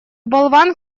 болван